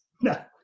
No